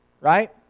right